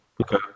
Okay